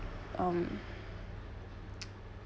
um